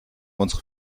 unsere